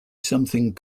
something